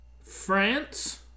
France